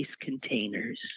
containers